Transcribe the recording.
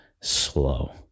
slow